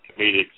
comedic